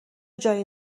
جایی